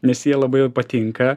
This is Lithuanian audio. nes jie labai patinka